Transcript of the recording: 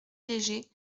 léger